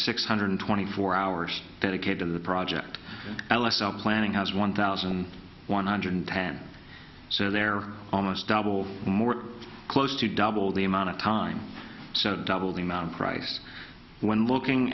six hundred twenty four hours dedicated to the project ls are planning has one thousand one hundred ten so they're almost double more close to double the amount of time so double the amount price when looking